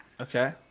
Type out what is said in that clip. Okay